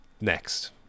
next